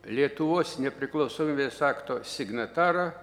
lietuvos nepriklausomybės akto signatarą